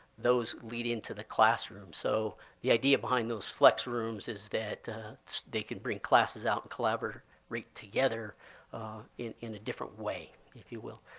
those lead into the classroom. so the idea behind those flex rooms is that they can bring classes out and collaborate together in in a different way, if you will.